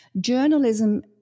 Journalism